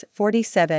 47